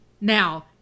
Now